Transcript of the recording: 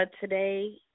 Today